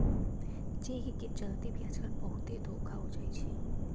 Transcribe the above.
cheque के चलते भी आजकल बहुते धोखा हो जाई छई